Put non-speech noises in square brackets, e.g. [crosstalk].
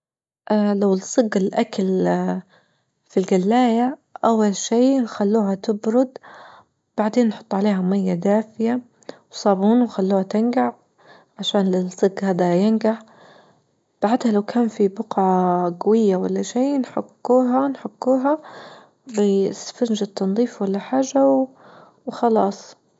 اه لو لصج الأكل [hesitation] في الجلاية أول شي نخلوها تبرد بعدين نحطو عليها ماية دافية وصابون ونخلوها تنجع عشان لصجها دا ينجع، بعدها لو كان في بقعة جوية ولا شي نحكوها-نحكوها بإسفنجة تنضيف ولا حاجة وخلاص.